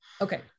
Okay